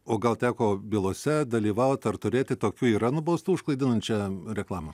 o gal teko bylose dalyvaut ar turėti tokių yra nubaustų už klaidinančią reklamą